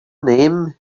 name